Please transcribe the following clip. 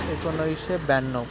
एकोणाविसशे ब्याण्णव